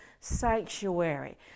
sanctuary